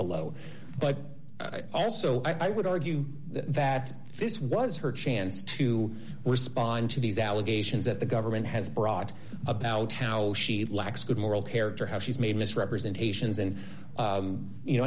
below but also i would argue that this was her chance to respond to these allegations that the government has brought about how she lacks good moral character how she's made misrepresentations and you know